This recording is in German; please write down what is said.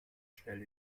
schnell